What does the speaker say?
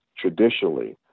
traditionally